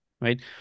Right